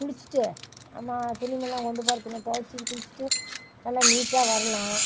குளிச்சுட்டு நான் துணிமணிலாம் கொண்டு போகிற துணியை தொவைச்சிட்டு குளிச்சுட்டு நல்லா நீட்டாக வரலாம்